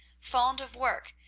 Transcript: fond of work,